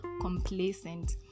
complacent